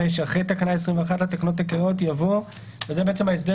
5.תיקון תקנה 22 אחרי תקנה 21 לתקנות העיקריות יבוא: זה בעצם ההסדר